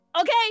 okay